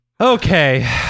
okay